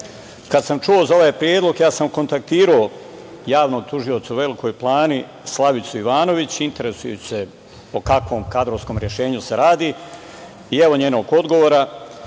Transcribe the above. sam čuo za ovaj predlog ja sam kontaktirao Javnog tužioca u Velikoj Plani, Slavicu Ivanović, interesujući se o kakvom kadrovskom rešenju se radi i evo njenog odgovara,